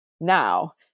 now